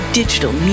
digital